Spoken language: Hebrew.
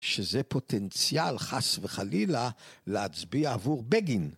שזה פוטנציאל חס וחלילה להצביע עבור בגין.